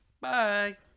Bye